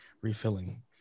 refilling